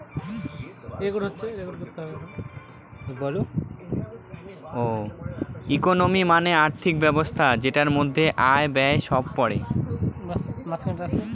economy মানে আর্থিক ব্যবস্থা যেটার মধ্যে আয়, ব্যয় সব পড়ে